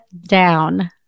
down